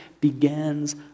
begins